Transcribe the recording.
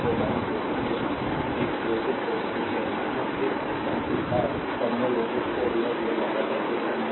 तो 2 क्योंकि यहां एक वोल्टेज सोर्स भी है इस सिद्धांत के पार टर्मिनल वोल्टेज को v0 दिया जाता है